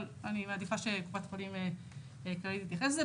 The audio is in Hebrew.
אבל אני מעדיפה שקופת החולים תתייחס לזה.